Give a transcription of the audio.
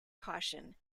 caution